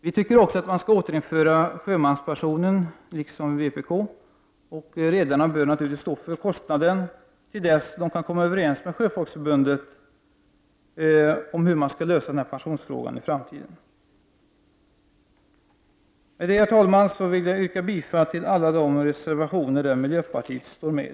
Vi tycker vidare, liksom vpk, att sjömanspensionen skall återinföras och att redarna naturligtvis bör stå för kostnaden till dess att de kan komma överens med Sjöfolksförbundet om hur man skall lösa pensionsfrågan i framtiden. Med det, herr talman, vill jag yrka bifall till alla de reservationer där miljöpartiet står med.